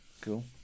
Cool